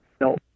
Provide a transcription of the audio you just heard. No